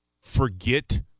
forget